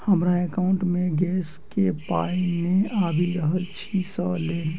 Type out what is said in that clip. हमरा एकाउंट मे गैस केँ पाई नै आबि रहल छी सँ लेल?